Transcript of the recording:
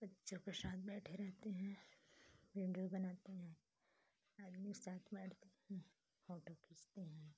बच्चों के साथ बैठे रहते हैं वीडियो बनाते हैं आदमी के साथ बैठते हैं फ़ोटो खींचते हैं